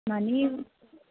money